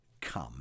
come